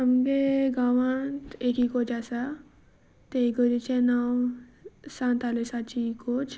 आमच्या गांवांत एक इगर्ज आसा ते इगर्जेचें नांव सांतआलुसाची इंगर्ज